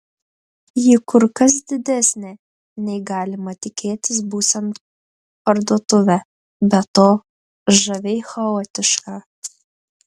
ji kur kas didesnė nei galima tikėtis būsiant parduotuvę be to žaviai chaotiška